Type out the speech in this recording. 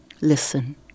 Listen